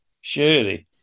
surely